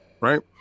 right